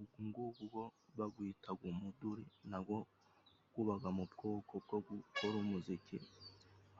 Ugungugu go bagwitaga umuduri na go gubaga mu bwoko bwo gukora umuziki.